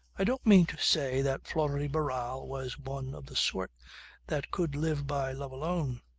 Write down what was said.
i don't mean to say that flora de barral was one of the sort that could live by love alone.